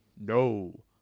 No